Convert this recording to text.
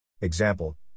Example